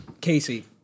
Casey